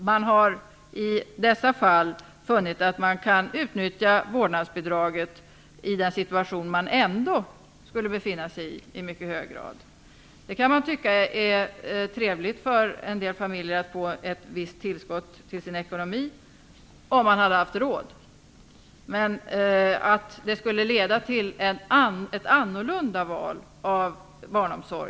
Man har i dessa fall funnit att man kan utnyttja vårdnadsbidraget i den situation man ändå skulle befinna sig i. Vi kan ju tycka att det är trevligt för en del familjer att få ett visst tillskott till sin ekonomi under förutsättning att vi har råd att ge dem det. Men det är synnerligen obevisat att detta skulle leda till ett annorlunda val av barnomsorg.